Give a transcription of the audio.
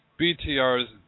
BTR's